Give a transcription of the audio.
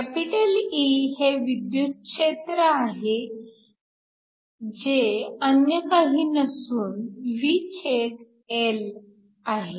E हे विद्युत क्षेत्र आहे जे अन्य काही नसून VL आहे